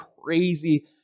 crazy